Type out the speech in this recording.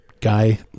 guy